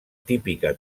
típica